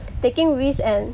taking risk and